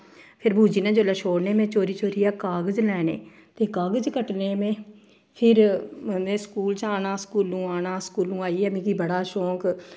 फिर बू जी ने जेल्लै छोड़ने में चोरी चोरी कागज लैने ते कागज कट्टने में फिर में स्कूल जाना स्कूलूं आना स्कूलूं आइयै मिगी बड़ा शौंक